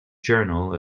journal